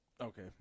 Okay